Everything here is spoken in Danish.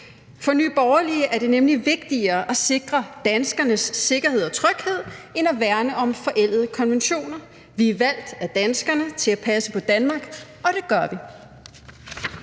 For Nye Borgerlige er det nemlig vigtigere at sikre danskernes sikkerhed og tryghed end at værne om forældede konventioner. Vi er valgt af danskerne til at passe på Danmark, og det gør vi.